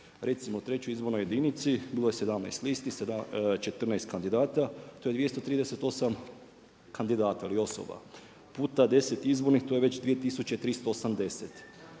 Recimo u trećoj izbornoj jedinici bilo je 17 listi, 14 kandidata, to je 238 kandidata ili osoba, puta 10 izbornih to je već 2380